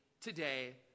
today